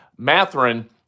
Matherin